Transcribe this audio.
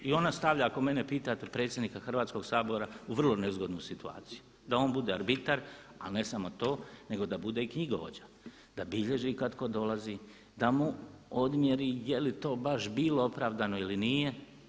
I ona stavlja ako mene pitate predsjednika Hrvatskoga sabora u vrlo nezgodnu situaciju, da on bude arbitar, ali ne samo to nego da bude i knjigovođa, da bilježi kad tko dolazi, da mu odmjeri je li to baš bilo opravdano ili nije.